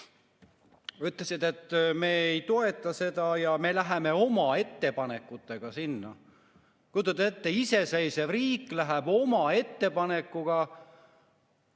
ütlesid, et me ei toeta seda ja me läheme oma ettepanekutega sinna. Kujutate ette: iseseisev riik läheb oma ettepanekuga!